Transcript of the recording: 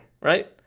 right